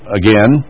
again